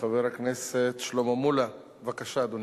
חבר הכנסת שלמה מולה, בבקשה, אדוני.